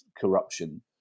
corruption